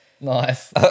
nice